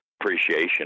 appreciation